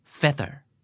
Feather